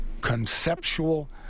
conceptual